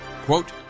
Quote